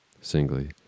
singly